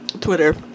twitter